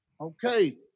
Okay